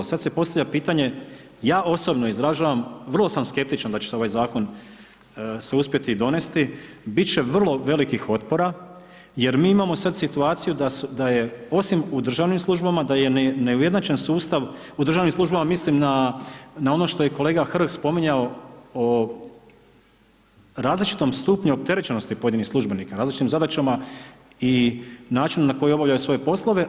A sada se postavlja pitanje, ja osobno izražavam, vrlo sam skeptičan da će se ovaj zakon se uspjeti donijeti, biti će vrlo velikih otpora jer mi imamo sada situaciju da je osim u državnim službama da je neujednačen sustav u državnim službama, mislim na ono što je kolega Hrg spominjao o različitom stupnju opterećenosti pojedinih službenika, različitim zadaćama i načinu na koje obavljaju svoje poslove.